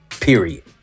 period